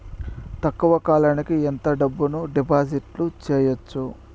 తక్కువ కాలానికి ఎంత డబ్బును డిపాజిట్లు చేయొచ్చు?